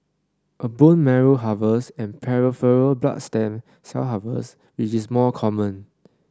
a bone marrow harvest and peripheral blood stem cell harvest which is more common